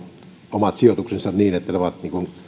omat sijoituksensa niin että työkalut ovat